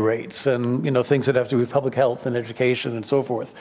rates and you know things that have to be public health and education and so forth